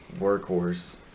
workhorse